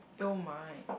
oh my